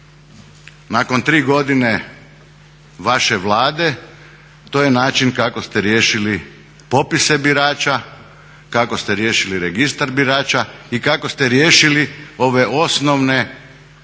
Nakon 3 godine vaše Vlade to je način kako ste riješili popise birača, kako ste riješili registar birača i kako ste riješili ove osnovne